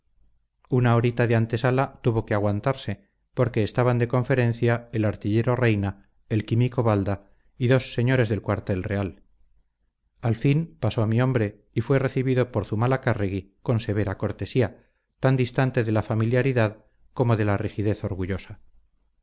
una horita de antesala tuvo que aguantarse porque estaban de conferencia el artillero reina el químico balda y dos señores del cuartel real al fin pasó mi hombre y fue recibido por zumalacárregui con severa cortesía tan distante de la familiaridad como de la rigidez orgullosa